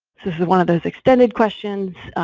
this is one of those extended questions.